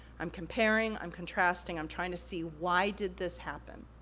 i'm comparing, i'm contrasting, i'm trying to see, why did this happen?